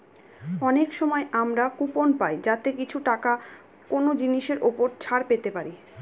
অনেক সময় আমরা কুপন পাই যাতে কিছু টাকা কোনো জিনিসের ওপর ছাড় পেতে পারি